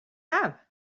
have